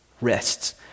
rests